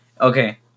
Okay